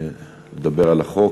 לדבר על החוק,